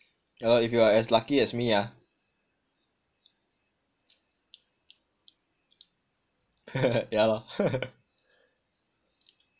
yah lor if you are as lucky as me ah yah lor